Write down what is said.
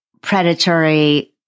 predatory